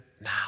now